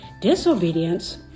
Disobedience